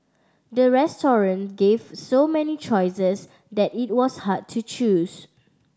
the restaurant gave so many choices that it was hard to choose